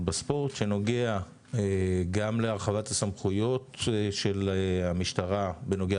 בספורט שנוגע גם להרחבת הסמכויות של המשטרה בנוגע